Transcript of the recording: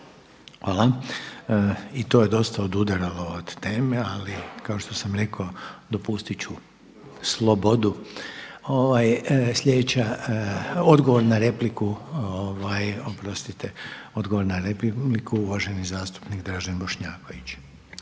Hvala. I to je dosta odudaralo od teme ali kao što sam rekao dopustit ću slobodu. Odgovor na repliku, oprostite, odgovor na repliku uvaženi zastupnik Dražen Bošnjaković.